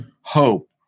hope